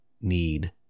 need